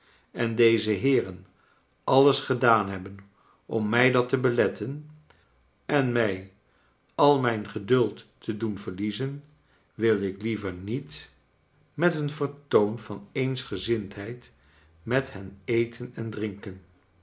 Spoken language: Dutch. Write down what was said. en deze heeren alles gedaan hebben om mij dat te beletten en mij al mijn geduld te doen verliezen wil ik liever niet met een vertoon van eensgezindheid met hen eten en drinken